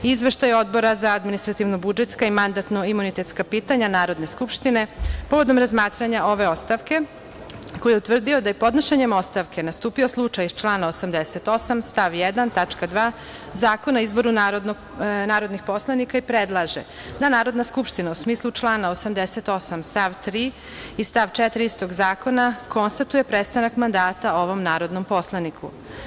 Izveštaj Odbora za administrativno budžetska i mandatno imunitetska pitanja Narodne skupštine povodom razmatranja ove ostavke koji je utvrdio da je podnošenjem ostavke nastupio slučaj iz člana 88. stav 1. tačka 2. Zakona o izboru narodnih poslanika i predlaže – da Narodna skupština u smislu člana 88. stav 3. i stav 4. istog zakona, konstatuje prestanak mandata ovom narodnom poslaniku.